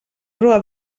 proa